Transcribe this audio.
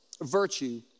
virtue